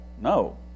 No